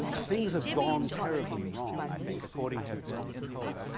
things have gone terribly wrong, i think, according to thomas cole.